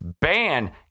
ban